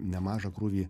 nemažą krūvį